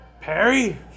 Perry